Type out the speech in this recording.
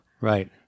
Right